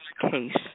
case